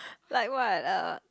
like what err